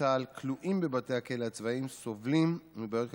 צה"ל הכלואים בבתי הכלא הצבאיים סובלים מבעיות כלכליות,